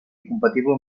incompatible